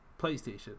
PlayStation